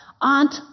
aunt